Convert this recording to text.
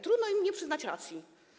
Trudno im nie przyznać racji.